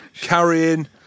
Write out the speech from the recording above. Carrying